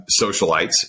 Socialites